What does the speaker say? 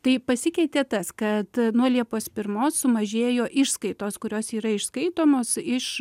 tai pasikeitė tas kad nuo liepos pirmos sumažėjo išskaitos kurios yra išskaitomos iš